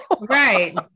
Right